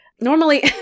Normally